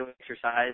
exercise